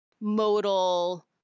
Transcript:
modal